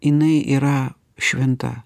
jinai yra šventa